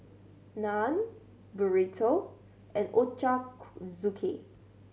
Naan Burrito and Ochazuke